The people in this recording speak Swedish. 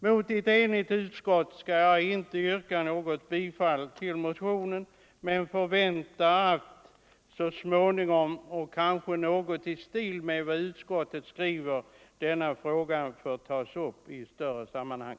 Mot ett enigt utskott skall jag inte yrka bifall till motionen, men jag förväntar att denna fråga så småningom, såsom utskottet skriver, skall tas upp i ett större sammanhang.